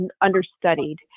understudied